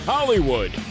Hollywood